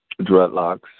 dreadlocks